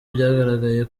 byagaragaye